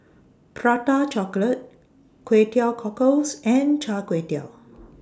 Prata Chocolate Kway Teow Cockles and Char Kway Teow